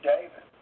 David